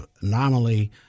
anomaly